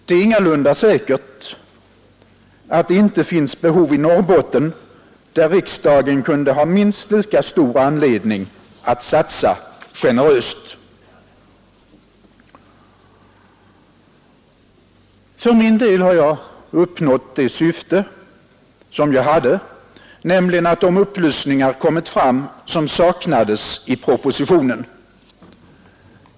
Det är ingalunda säkert att det inte finns behov i Norrbotten där riksdagen kunde ha minst lika stor anledning att satsa generöst. För min del har jag uppnått det syfte som jag hade, nämligen att få fram de upplysningar som saknades i propositionen.